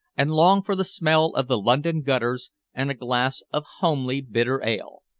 and long for the smell of the london gutters and a glass of homely bitter ale.